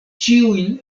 ĉiujn